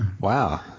wow